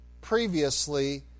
previously